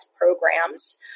programs